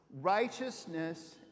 ...righteousness